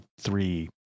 three